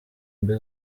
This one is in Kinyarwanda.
mbi